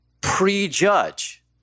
prejudge